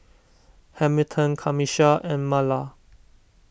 Hamilton Camisha and Marla